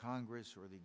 congress or the